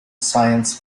science